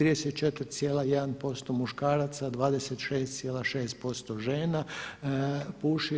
34,1% muškaraca, 26,6% žena puši.